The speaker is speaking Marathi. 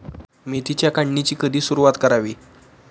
मेथीच्या काढणीची कधी सुरूवात करावी?